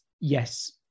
yes